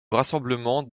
rassemblement